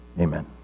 Amen